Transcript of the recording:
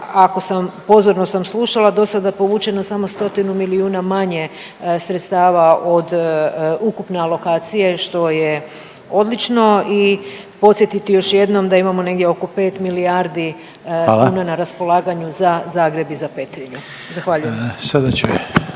ako sam, pozorno sam slušala, dosada povučeno samo stotinu milijuna manje sredstava od ukupne alokacije što je odlično i podsjetiti još jednom da imamo negdje oko 5 milijardi kuna…/Upadica Reiner: Hvala/…na raspolaganju za Zagreb i za Petrinju. Zahvaljujem. **Reiner,